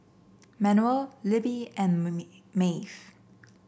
Manuel Libbie and Maeve